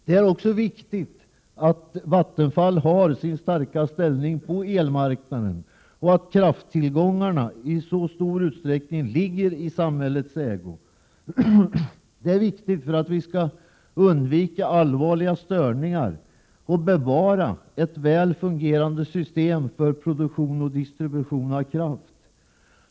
Det är också viktigt att Vattenfall behåller sin starka ställning på elmarknaden och att krafttillgångarna i stor utsträckning ligger i samhällets ägo, så att vi skall kunna undvika allvarliga störningar och bevara ett väl fungerande system för produktion och distribution av kraft.